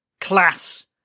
class